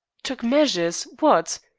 took measures! what?